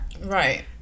Right